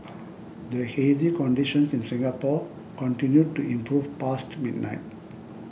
the hazy conditions in Singapore continued to improve past midnight